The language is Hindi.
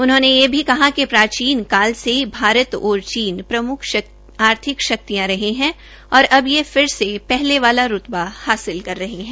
उन्होंने यह भी कहा कि प्राचीन काल से भारत और चीन प्रमुख आर्थिक शक्तियां रहे हैं हित है और अब ये फिर से पहले वाता रूतबा हासिल कर रहे हैं